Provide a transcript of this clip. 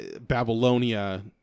babylonia